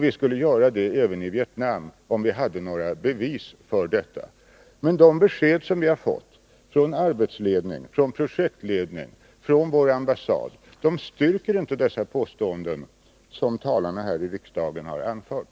Vi skulle göra det även beträffande Vietnam, om vi hade några bevis för detta. Men de besked som vi har fått från arbetsledningen, från projektledningen och från vår ambassad styrker inte de påståenden som talarna här i kammaren har gjort.